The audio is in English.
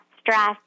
stress